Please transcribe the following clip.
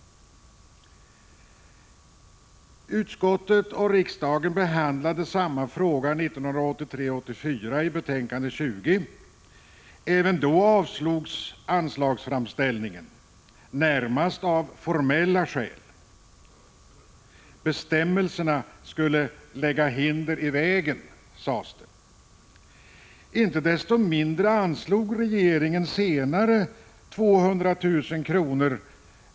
Utskottet och riksdagen behandlade samma fråga 1983/84 i betänkande 20. Även då avslogs anslagsframställningen, närmast av formella skäl. Bestämmelserna skulle lägga hinder i vägen, sades det. Inte desto mindre anslog regeringen senare 200 000 kr.